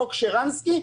חוק שרנסקי,